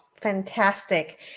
Fantastic